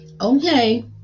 Okay